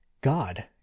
God